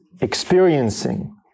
experiencing